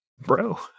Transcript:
Bro